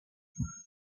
les